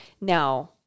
Now